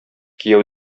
кияү